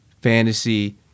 fantasy